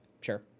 sure